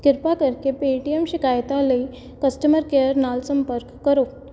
ਕਿਰਪਾ ਕਰਕੇ ਪੇਟੀਐੱਮ ਸ਼ਿਕਾਇਤਾਂ ਲਈ ਕਸਟਮਰ ਕੇਅਰ ਨਾਲ ਸੰਪਰਕ ਕਰੋ